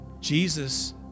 Jesus